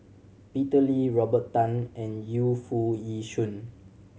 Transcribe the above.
Peter Lee Robert Tan and Yu Foo Yee Shoon